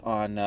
on